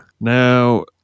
Now